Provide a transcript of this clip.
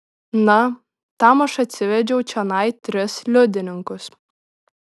na tam aš atsivedžiau čionai tris liudininkus